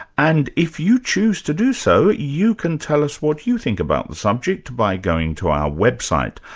and if you choose to do so, you can tell us what you think about the subject by going to our website.